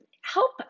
help